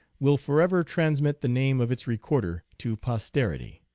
will forever transmit the name of its recorder to posterity.